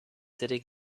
sitting